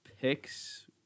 picks –